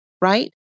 right